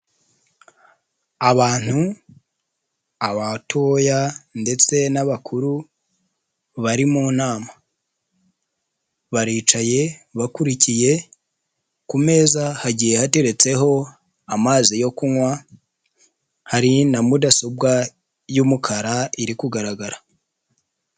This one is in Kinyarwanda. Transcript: Abantu, abatoya ndetse n'abakuru bari mu nama, baricaye bakurikiye, ku meza ha hateretseho amazi yo kunywa, hari na mudasobwa y'umukara iri kugaragara.